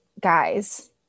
guys